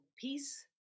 peace